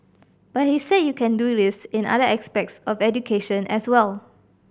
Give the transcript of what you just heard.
but he said you can do this in other aspects of education as well